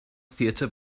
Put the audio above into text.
theatr